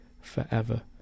forever